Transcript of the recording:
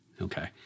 Okay